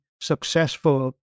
Successful